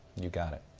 you got it.